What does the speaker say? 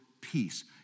peace